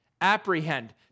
apprehend